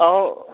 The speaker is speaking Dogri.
आओ